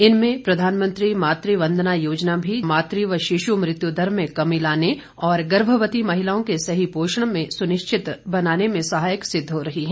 इनमें प्रधानमंत्री मातृ वंदना योजना भी मातृ व शिशु मृत्य दर में कमी लाने और गर्भवती महिलाओं के सही पोषण में सुनिश्चित बनाने में सहायक सिद्ध हो रही हैं